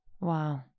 Wow